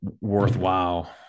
worthwhile